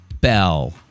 Bell